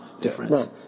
difference